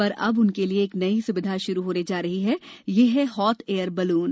पर अब उनके लिये एक नई सुविधा शुरू होने जा रही है यह है हॉट एयर बलून